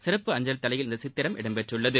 சிறப்பு அஞ்சல் தலையில் இந்த சித்திரம் இடம்பெற்றுள்ளது